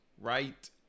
right